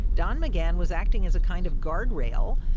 don mcgahn was acting as a kind of guardrail.